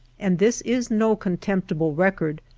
and this is no contemptible record,